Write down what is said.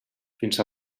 fins